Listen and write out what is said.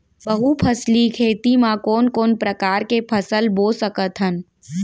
बहुफसली खेती मा कोन कोन प्रकार के फसल बो सकत हन?